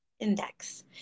index